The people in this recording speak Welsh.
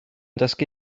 dysgu